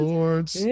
Lords